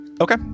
okay